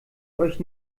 euch